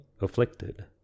afflicted